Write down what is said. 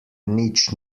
nič